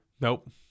Nope